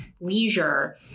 leisure